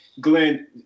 Glenn